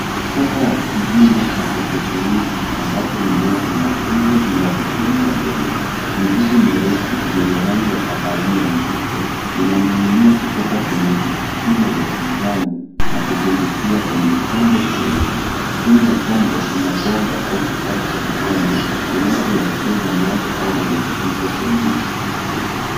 Mfumo wa kilimo cha haidroponiki ambapo mimea inakuzwa bila kutumia udongo. mizizi mirefu yenye rangi ya kahawia nyeupe inaning'inia kutoka kwenye vijishimo vya kijani na kutumbukia kwenye chombo cheusi. Chini ya chombo kuna bomba au kifaa cha kijani kinachoelekeza maji au virutubisho kwenye mizizi.